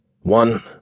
One